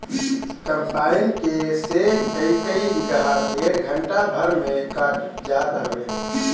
combine से कईकई बीघा खेत घंटा भर में कटात जात हवे